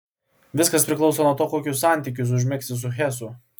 viskas priklauso nuo to kokius santykius užmegsi su hesu